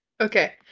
okay